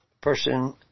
person